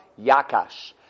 Yakash